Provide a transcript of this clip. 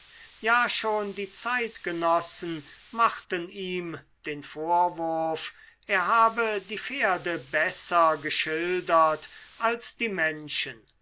ja schon die zeitgenossen machten ihm den vorwurf er habe die pferde besser geschildert als die menschen